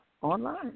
online